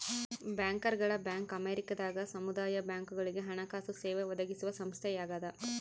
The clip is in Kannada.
ಬ್ಯಾಂಕರ್ಗಳ ಬ್ಯಾಂಕ್ ಅಮೇರಿಕದಾಗ ಸಮುದಾಯ ಬ್ಯಾಂಕ್ಗಳುಗೆ ಹಣಕಾಸು ಸೇವೆ ಒದಗಿಸುವ ಸಂಸ್ಥೆಯಾಗದ